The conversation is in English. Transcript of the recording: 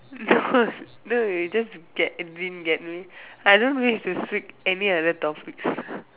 no no you just get didn't get me I don't wish to speak any other topics